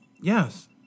Yes